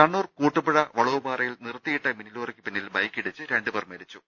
കണ്ണൂർ കൂട്ടുപുഴ വളവുപാറയിൽ നിർത്തിയിട്ട മിനി ലോറിക്ക് പിന്നിൽ ബൈക്കിടിച്ച് രണ്ടു പേർ മരിച്ചു